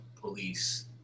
police